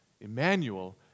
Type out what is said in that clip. Emmanuel